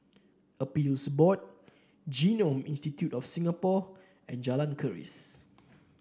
Appeals Board Genome Institute of Singapore and Jalan Keris